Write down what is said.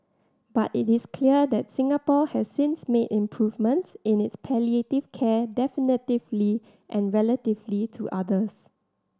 but it is clear that Singapore has since made improvements in its palliative care definitively and relatively to others